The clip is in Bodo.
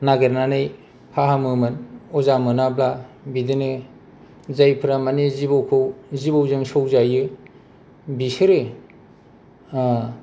नागिरनानै फाहामोमोन अजा मोनाब्ला बिदिनो जायफोरा माने जिबौखौ जिबौजों सौजायो बिसोरो